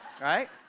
right